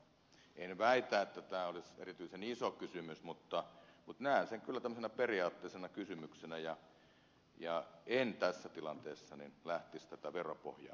en väitä että tämä olisi erityisen iso kysymys mutta näen sen kyllä tämmöisenä periaatteellisena kysymyksenä enkä tässä tilanteessa lähtisi veropohjaa kaventamaan